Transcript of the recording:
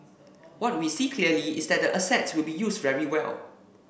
what we see clearly is that the asset will be used very well